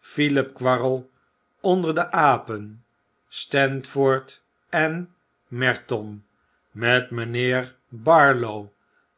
philip quarl onder de apen sandford en merton met mynheer barlow